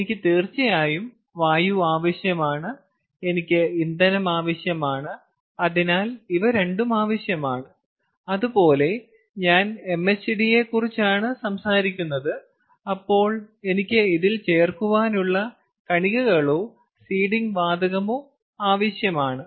എനിക്ക് തീർച്ചയായും വായു ആവശ്യമാണ് എനിക്ക് ഇന്ധനം ആവശ്യമാണ് അതിനാൽ ഇവ രണ്ടും ആവശ്യമാണ് അതുപോലെ ഞാൻ MHD നെക്കുറിച്ചാണ് സംസാരിക്കുന്നത് അപ്പോൾ എനിക്ക് ഇതിൽ ചേർക്കാനുള്ള കണികകളോ സീഡിംഗ് വാതകമോ ആവശ്യമാണ്